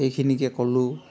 এইখিনিকে ক'লোঁ